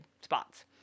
spots